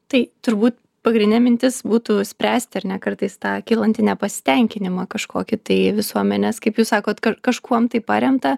tai turbūt pagrindinė mintis būtų spręsti ar ne kartais tą kylantį nepasitenkinimą kažkokį tai visuomenės kaip jūs sakot ka kažkuom tai paremtą